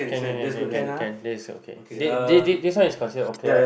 can can can can can can this is okay this this this this one is considered okay right